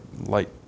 light